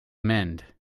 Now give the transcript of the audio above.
mend